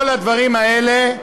כל הדברים האלה,